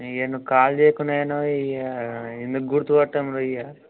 నీ అయ్య నువ్వు కాల్ చేయకుండా పోయినావు నీ అయ్య ఎందుకు గుర్తుపట్టం రా అయ్యా